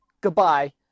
goodbye